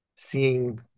Seeing